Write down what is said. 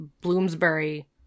Bloomsbury